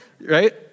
right